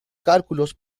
cálculos